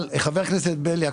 חבר הכנסת בליאק